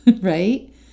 right